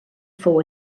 fou